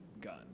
gun